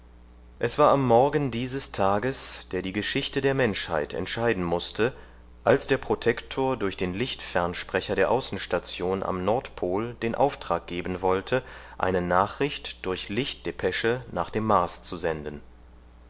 es war am morgen dieses tages der die geschichte der menschheit entscheiden mußte als der protektor durch den lichtfernsprecher der außenstation am nordpol den auftrag geben wollte eine nachricht durch lichtdepesche nach dem mars zu senden